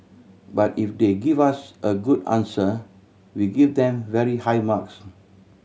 but if they give us a good answer we give them very high marks